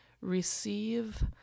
receive